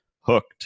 Hooked